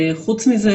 חוץ מזה,